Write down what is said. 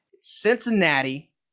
Cincinnati